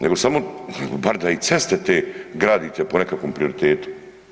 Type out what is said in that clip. Nego samo bar da i ceste te gradite po nekakvom prioritetu.